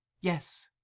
Yes